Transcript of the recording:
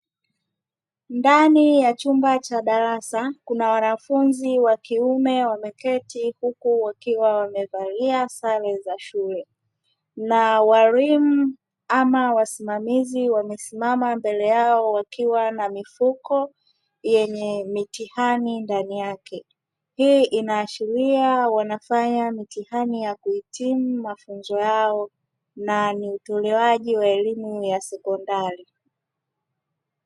Ndani ya chumba cha darasa kuna wanafunzi wa kiume wameketi huku wakiwa wamevalia sare za shule na walimu ama wasimamizi wamesimama mbele yao wakiwa na mifuko yenye mitihani ndani yake. Hii inaashiria wanafanya mitihani ya kuhitimu mafunzo yao na ni utolewaji wa elimu ya sekondari.